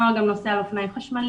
נוער גם נוסע על אופניים חשמליים,